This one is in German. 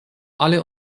alle